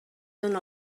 dóna